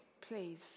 Please